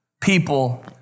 people